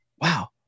Wow